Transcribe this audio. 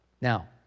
Now